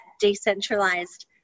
decentralized